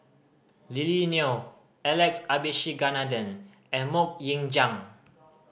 Lily Neo Alex Abisheganaden and Mok Ying Jang